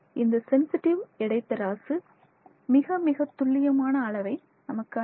இந்த சென்சிட்டிவ் எடை தராசு மிக மிகத் துல்லியமான அளவை நமக்கு அளிக்கும்